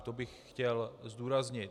To bych chtěl zdůraznit.